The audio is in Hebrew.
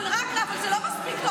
אבל זה לא מספיק.